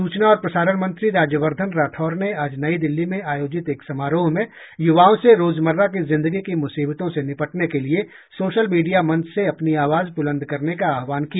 सूचना और प्रसारण मंत्री राज्यवर्द्वन राठौड़ ने आज नई दिल्ली में आयोजित एक समारोह में युवाओं से रोजमर्रा की जिंदगी की मुसीबतों से निपटने के लिए सोशल मीडिया मंच से अपनी आवाज बुलंद करने का आहवान किया